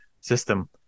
system